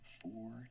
four